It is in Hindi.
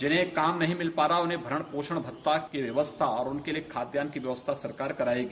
जिन्हें काम नहीं मिल पा रहा है उन्हें भरण पोषण की व्यवस्था और उनके लिये खाद्यान्न की व्यवस्था सरकार करायेगी